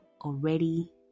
already